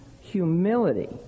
humility